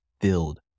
filled